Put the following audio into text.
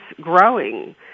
growing